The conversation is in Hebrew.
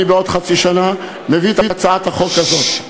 אני בעוד חצי שנה מביא את הצעת החוק הזאת.